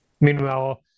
Meanwhile